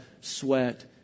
sweat